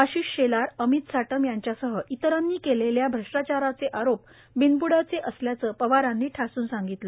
आशिष शेलार अमित साटम यांच्यासह इतरांनी केलेल्या श्वष्टाचाराचे आरोप बिनबुडाचे असल्याचे पवारांनी ठासून सांगितलं